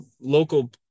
local